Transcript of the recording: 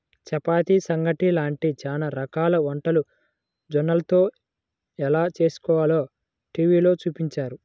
చపాతీ, సంగటి లాంటి చానా రకాల వంటలు జొన్నలతో ఎలా చేస్కోవాలో టీవీలో చూపించారు